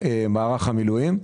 למערך המילואים.